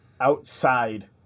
outside